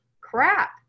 crap